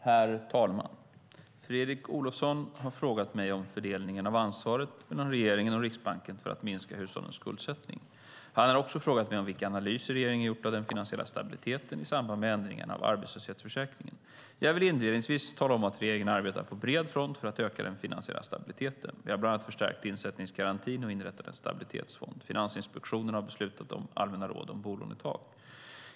Herr talman! Fredrik Olovsson har frågat mig om fördelningen av ansvaret mellan regeringen och Riksbanken för att minska hushållens skuldsättning. Han har också frågat mig om vilka analyser regeringen gjort av den finansiella stabiliteten i samband med ändringarna av arbetslöshetsförsäkringen. Jag vill inledningsvis tala om att regeringen arbetar på bred front för att öka den finansiella stabiliteten. Vi har bland annat förstärkt insättningsgarantin och inrättat en stabilitetsfond. Finansinspektionen har beslutat om allmänna råd om bolånetak.